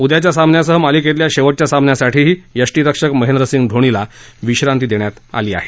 उद्याच्या सामन्यासह मालिकेतल्या शेवटच्या सामन्यासाठीही यष्टीरक्षक महेंद्र सिंग धोनीला विश्रांती देण्यात आली आहे